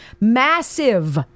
massive